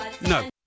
No